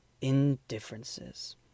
Indifferences